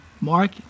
Mark